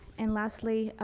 and lastly,